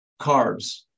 carbs